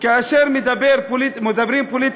כאשר מדברים פוליטיקה,